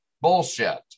bullshit